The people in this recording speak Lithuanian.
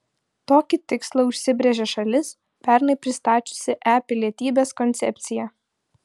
tokį tikslą užsibrėžė šalis pernai pristačiusi e pilietybės koncepciją